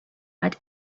had